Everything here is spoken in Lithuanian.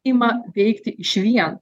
ima veikti išvien